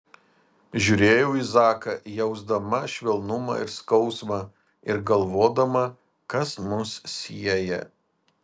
žiūrėjau į zaką jausdama švelnumą ir skausmą ir galvodama kas mus sieja